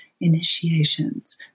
initiations